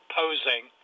posing